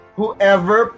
whoever